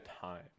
time